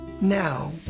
Now